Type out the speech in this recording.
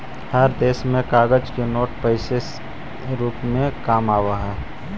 हर देश में कागज के नोट पैसे से रूप में काम आवा हई